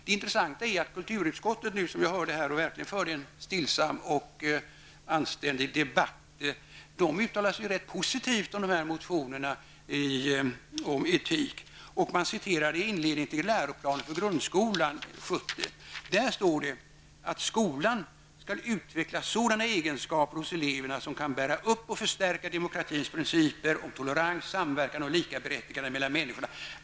Det intressanta är att kulturutskottet, som verkligen för en stillsam och anständig debatt, nu uttalat sig rätt positivt om motionerna om etik. I inledningen till läroplanen för grundskolan 70 står det följande:''Skolan skall därför utveckla sådana egenskaper hos eleverna som kan bära upp och förstärka demokratins principer om tolerans, samverkan och likaberättigande mellan människorna.